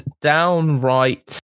downright